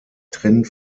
trend